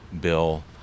bill